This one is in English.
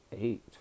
eight